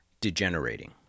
degenerating